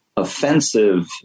Offensive